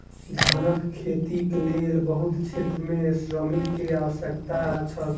धानक खेतीक लेल बहुत क्षेत्र में श्रमिक के आवश्यकता छल